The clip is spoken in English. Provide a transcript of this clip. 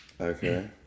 Okay